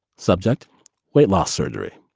subject weight loss surgery,